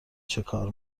چیکار